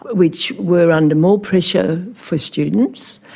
which were under more pressure for students,